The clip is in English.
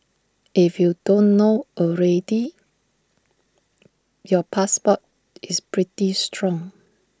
if you don't know already your passport is pretty strong